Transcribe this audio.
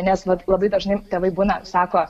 nes vat labai dažnai tėvai būna sako